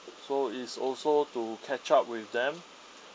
so is also to catch up with them